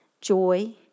joy